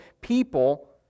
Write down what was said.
people